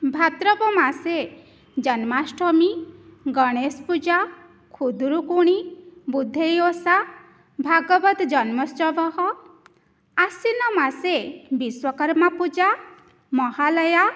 भाद्रपदमासे जन्माष्टमि गणेशपूजा खुद्रुकूणि बुद्धयोसा भागवतजन्मोत्सवः आश्विनमासे विश्वकर्मपूजा महालया